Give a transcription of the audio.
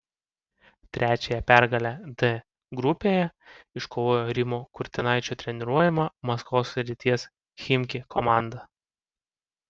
trečiąją pergalę d grupėje iškovojo rimo kurtinaičio treniruojama maskvos srities chimki komanda